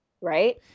right